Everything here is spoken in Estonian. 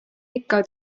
ikka